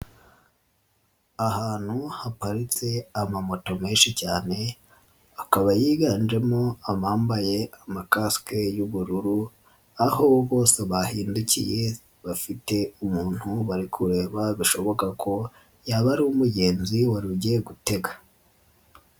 Ahantu haparitse amamoto menshi cyane akaba yiganjemo abambaye amakasike y'ubururu, aho bose bahindukiye bafite umuntu bari kureba bishoboka ko yaba ari umugenzi wari ugiye gutega.